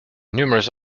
numerous